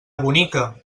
bonica